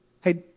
Hey